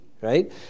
Right